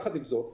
יחד עם זאת,